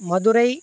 Madurai